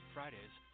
Fridays